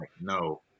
No